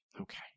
Okay